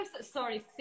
Sorry